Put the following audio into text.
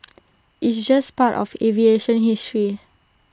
it's just part of aviation history